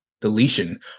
deletion